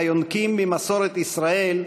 היונקים ממסורת ישראל,